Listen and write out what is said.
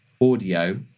audio